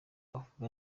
uvuga